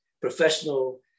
professional